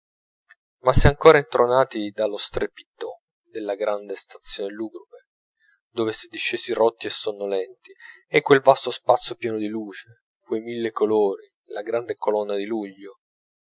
ma s'è ancora intronati dallo strepito della grande stazione lugubre dove s'è discesi rotti e sonnolenti e quel vasto spazio pieno di luce quei mille colori la grande colonna di luglio